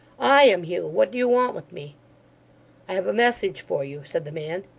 i am hugh. what do you want with me i have a message for you said the man.